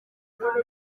rwanda